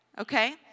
okay